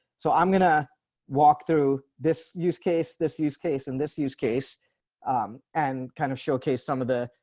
so i'm going to walk through this use case this use case. and this use case and kind of showcase some of the,